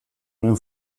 nuen